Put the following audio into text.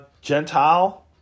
Gentile